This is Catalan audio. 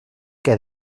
què